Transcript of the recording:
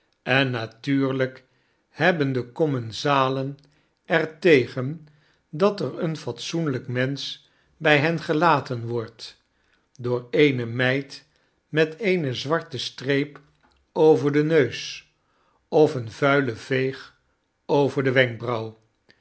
en natuurlijk hebben de commensalen ertegendat er een fatsoenlyk mensch by hen gelaten wordt door eene meid met eene zwarte streep over den neus of een vuilen veeg over de wenkbrauw